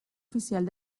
oficial